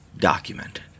documented